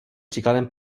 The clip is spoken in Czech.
příkladem